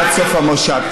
היא מציעה ממשלה חלופית.